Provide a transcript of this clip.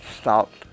stopped